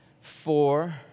four